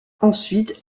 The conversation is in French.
ensuite